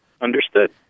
Understood